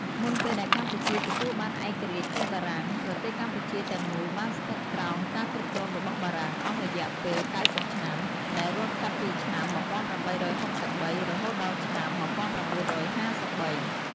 មុនពេលដែលកម្ពុជាទទួលបានឯករាជ្យពីបារាំង ប្រទេសកម្ពុជាទាំងមូលបានស្ថិតក្រោមការគ្រប់គ្រងរបស់បារាំងអស់រយៈពេល ៩០ឆ្នាំ ដែលរាប់ចាប់ពីឆ្នាំ ១៨៦៣ រហូតដល់ឆ្នាំ ១៩៥៣ ។